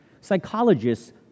Psychologists